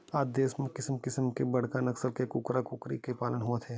आज देस म किसम किसम के बड़का नसल के कूकरा कुकरी के पालन होवत हे